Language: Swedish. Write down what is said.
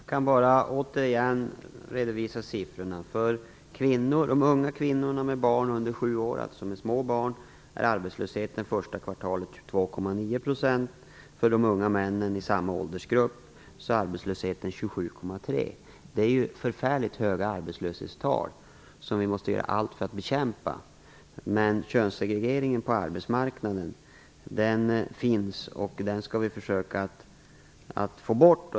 Herr talman! Jag kan bara återigen redovisa siffrorna. Bland de unga kvinnorna med barn under sju år 22,9 %. Bland de unga männen i samma åldersgrupp var arbetslösheten 27,3 %. Det är förfärligt höga arbetslöshetstal som vi måste göra allt för att få ned. Det finns en könssegregering på arbetsmarknaden, och den skall vi försöka att få bort.